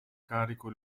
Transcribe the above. carico